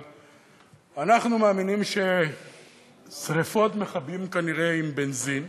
אבל אנחנו מאמינים ששרפות מכבים כנראה בבנזין.